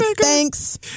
thanks